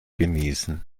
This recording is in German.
genießen